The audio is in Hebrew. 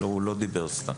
הוא לא דיבר סתם.